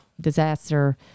disaster